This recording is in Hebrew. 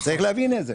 צריך להבין את זה.